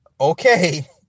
Okay